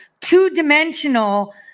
two-dimensional